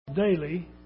Daily